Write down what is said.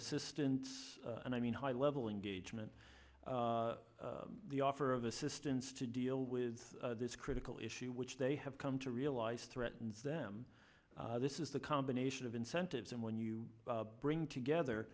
assistance and i mean high level engagement the offer of assistance to deal with this critical issue which they have come to realize threatens them this is the combination of incentives and when you bring together